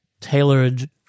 tailored